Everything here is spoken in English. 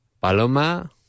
Paloma